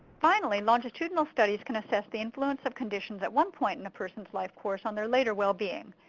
finally, longitudinal studies can assess the influence of conditions at one point in a persons life course on their later well-being.